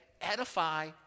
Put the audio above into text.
Edify